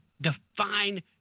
define